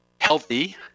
healthy